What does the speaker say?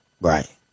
Right